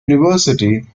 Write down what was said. university